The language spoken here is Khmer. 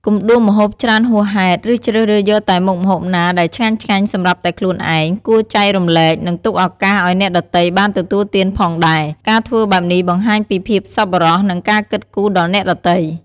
កុំដួសម្ហូបច្រើនហួសហេតុ ឬជ្រើសរើសយកតែមុខម្ហូបណាដែលឆ្ងាញ់ៗសម្រាប់តែខ្លួនឯង គួរចែករំលែក និងទុកឱកាសឱ្យអ្នកដទៃបានទទួលទានផងដែរ ការធ្វើបែបនេះបង្ហាញពីភាពសប្បុរស និងការគិតគូរដល់អ្នកដទៃ។